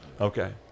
Okay